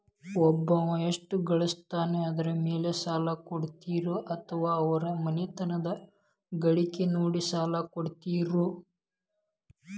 ಒಬ್ಬವ ಎಷ್ಟ ಗಳಿಸ್ತಾನ ಅದರ ಮೇಲೆ ಸಾಲ ಕೊಡ್ತೇರಿ ಅಥವಾ ಅವರ ಮನಿತನದ ಗಳಿಕಿ ನೋಡಿ ಸಾಲ ಕೊಡ್ತಿರೋ?